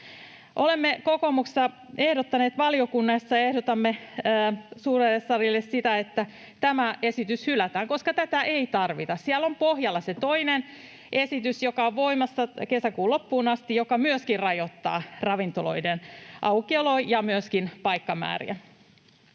Olemme kokoomuksessa ehdottaneet valiokunnassa ja ehdotamme suurelle salille sitä, että tämä esitys hylätään, koska tätä ei tarvita. Siellä on pohjalla se toinen esitys, joka on voimassa kesäkuun loppuun asti ja joka myöskin rajoittaa ravintoloiden aukioloa ja paikkamääriä.